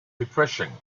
refreshing